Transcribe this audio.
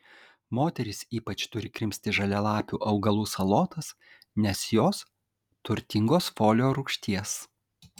moterys ypač turi krimsti žalialapių augalų salotas nes jos turtingos folio rūgšties